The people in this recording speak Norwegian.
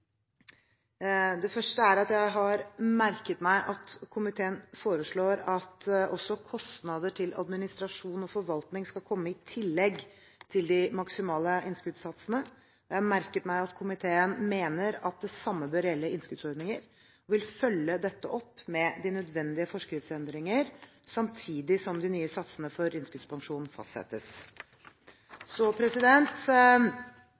Det første er at jeg har merket meg at komiteen foreslår at også kostnader til administrasjon og forvaltning skal komme i tillegg til de maksimale innskuddssatsene. Jeg merket meg at komiteen mener at det samme bør gjelde innskuddsordninger, og vil følge dette opp med de nødvendige forskriftsendringer samtidig som de nye satsene for innskuddspensjon